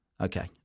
Okay